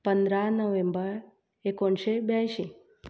पंदरा नोव्हेंबर एकोणशें ब्यांशी